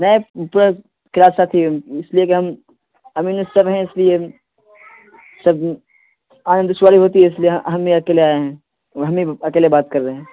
نہیں پورا کلاس ساتھی ہے اس لیے کہ ہم امین السب ہیں اس لیے سب آنے میں دشواری ہوتی ہے اس لیے ہم ہی اکیلے آئے ہیں ہم ہی اکیلے بات کر رہے ہیں